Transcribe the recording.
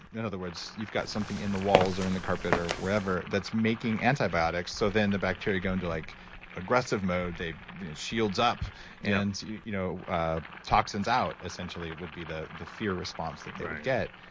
in other words, you've got something in the walls or in the carpet or wherever that's making antibiotics. so then the bacteria go into like aggressive mode, shields up and you know ah toxins out essentially, it would be the the fear response that they would get.